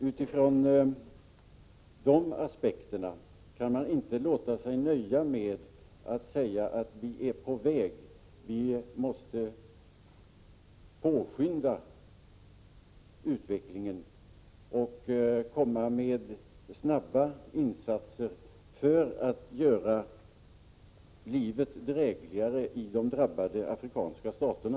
Utifrån de aspekterna kan man inte låta sig nöja med att säga att vi är på väg. Vi måste påskynda utvecklingen och komma med snabba insatser för att göra livet drägligare i de drabbade afrikanska staterna.